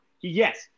Yes